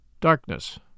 Darkness